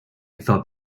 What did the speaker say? thought